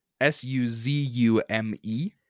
S-U-Z-U-M-E